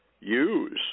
use